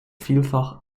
vielfach